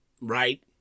Right